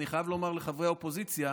אני חייב לומר לחברי האופוזיציה,